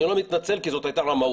אני לא מתנצל כי זו הייתה רמאות,